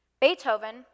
Beethoven